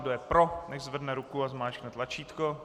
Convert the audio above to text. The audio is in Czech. Kdo je pro, nechť zvedne ruku a zmáčkne tlačítko.